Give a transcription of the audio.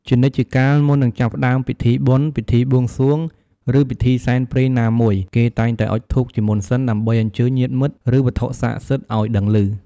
ជានិច្ចជាកាលមុននឹងចាប់ផ្តើមពិធីបុណ្យ ពិធីបួងសួង ឬពិធីសែនព្រេនណាមួយ គេតែងតែអុជធូបជាមុនសិន ដើម្បីអញ្ជើញញាតិមិត្ត ឬវត្ថុស័ក្តិសិទ្ធិអោយដឹងឮ។